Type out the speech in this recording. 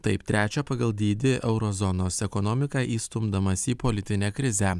taip trečią pagal dydį euro zonos ekonomiką įstumdamas į politinę krizę